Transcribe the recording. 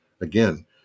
Again